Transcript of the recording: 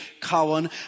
Cowan